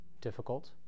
difficult